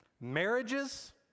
Marriages